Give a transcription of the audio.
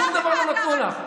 שום דבר לא נתנו לך.